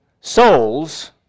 souls